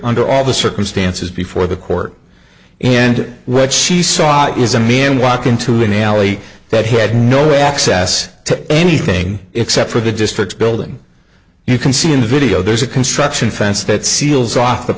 under all the circumstances before the court and what she saw is a man walk into an alley that had no access to anything except for the district building you can see in the video there's a construction fence that seals off the